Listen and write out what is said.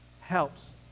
helps